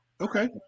Okay